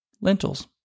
lentils